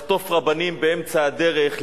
לחטוף רבנים באמצע הדרך,